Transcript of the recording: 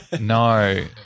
No